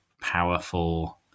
powerful